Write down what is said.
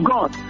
God